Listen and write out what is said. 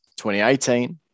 2018